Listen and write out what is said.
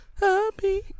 Happy